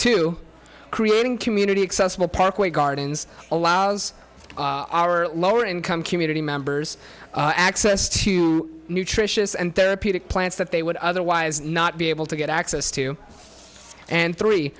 to creating community accessible parkway gardens allows our lower income community members access to nutritious and therapeutic plants that they would otherwise not be able to get access to and three